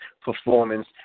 performance